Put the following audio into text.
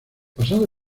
pasado